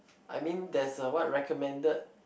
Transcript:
I mean there's a what recommended